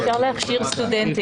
אפשר להכשיר סטודנטים.